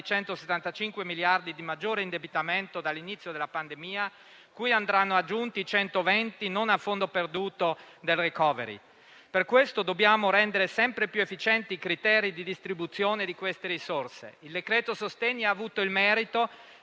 175 miliardi di euro di maggior indebitamento dall'inizio della pandemia, cui andranno aggiunti 120 miliardi non a fondo perduto del *recovery*. Per questo, dobbiamo rendere sempre più efficienti i criteri di distribuzione di queste risorse. Il cosiddetto decreto sostegni ha avuto il merito